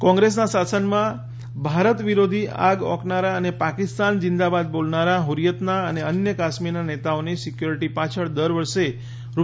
કોંગ્રેસના શાસનમાં ભારત વિરોધી આગ ઓકનારા અને પાકિસ્તાન જીંદાબાદ બોલનારા હ્રિયતના અને અન્ય કાશ્મીરના નેતાઓની સિક્યુરીટી પાછળ દર વર્ષે રૂ